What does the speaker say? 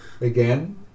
again